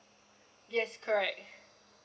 yes correct